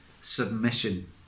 submission